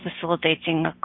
facilitating